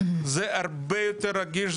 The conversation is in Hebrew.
זה הרבה יותר רגיש,